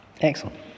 excellent